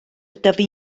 dyfu